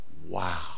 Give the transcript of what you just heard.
Wow